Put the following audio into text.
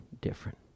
different